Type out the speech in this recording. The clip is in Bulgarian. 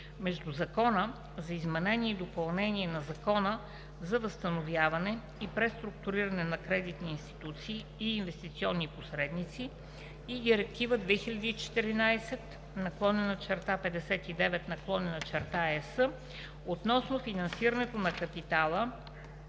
между Закона за изменение и допълнение на Закона за възстановяване и преструктуриране на кредитни институции и инвестиционни посредници и Директива 2014/59/ЕС относно финансирането на капитала